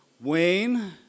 Wayne